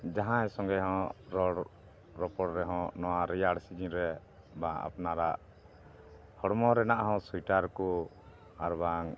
ᱡᱟᱦᱟᱸᱭ ᱥᱚᱸᱜᱮ ᱦᱚᱸ ᱨᱚᱲ ᱨᱚᱯᱚᱲ ᱨᱮᱦᱚᱸ ᱱᱚᱣᱟ ᱨᱮᱭᱟᱲ ᱥᱤᱡᱤᱱ ᱨᱮ ᱵᱟᱝ ᱟᱯᱱᱟᱨᱟᱜ ᱦᱚᱲᱢᱚ ᱨᱮᱱᱟᱜ ᱦᱚᱸ ᱥᱩᱭᱮᱴᱟᱨ ᱠᱚ ᱟᱨ ᱵᱟᱝ